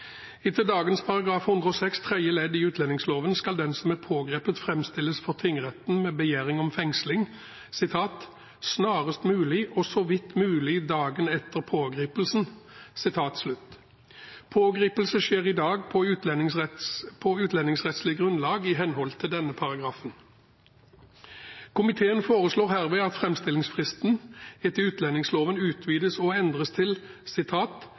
Etter dagens § 106 tredje ledd i utlendingsloven skal den som er pågrepet, framstilles for tingretten med begjæring om fengsling «snarest mulig, og så vidt mulig dagen etter pågripelsen». Pågripelse skjer i dag på utlendingsrettslig grunnlag i henhold til denne paragrafen. Komiteen foreslår herved at framstillingsfristen etter utlendingsloven utvides og endres til